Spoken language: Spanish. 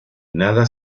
nada